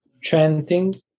chanting